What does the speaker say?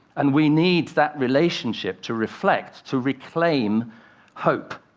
and we need that relationship to reflect, to reclaim hope.